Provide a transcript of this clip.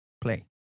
Play